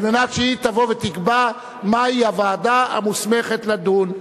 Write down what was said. על מנת שהיא תבוא ותקבע מהי הוועדה המוסמכת לדון,